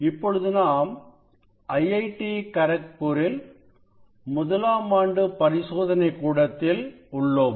இப்பொழுது நாம் ஐஐடி கரக்பூரில் முதலாம் ஆண்டு பரிசோதனை கூடத்தில் உள்ளோம்